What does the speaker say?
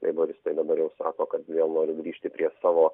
leiboristai dabar jau sako kad vėl nori grįžti prie savo